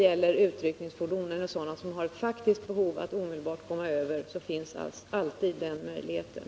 För utryckningsfordon och andra som har ett faktiskt behov av att omedelbart komma över finns alltid den möjligheten.